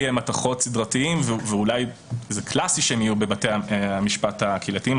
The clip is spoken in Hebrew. מתכות סדרתיים ואולי זה קלאסי שהם יהיו בבתי משפט קהילתיים.